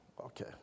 Okay